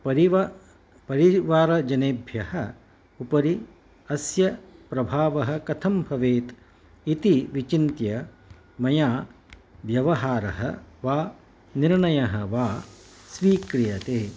परिवा परिवारजनेभ्यः उपरि अस्य प्रभावः कथं भवेत् इति विचिन्त्य मया व्यवहारः वा निर्णयः वा स्वीक्रियते